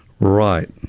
Right